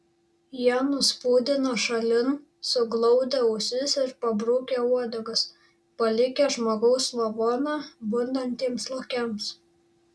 jie nuspūdino šalin suglaudę ausis ir pabrukę uodegas palikę žmogaus lavoną bundantiems lokiams